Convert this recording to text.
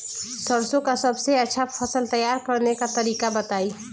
सरसों का सबसे अच्छा फसल तैयार करने का तरीका बताई